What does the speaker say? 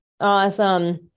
Awesome